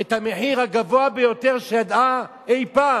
את המחיר הגבוה ביותר שידעה אי-פעם,